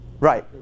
Right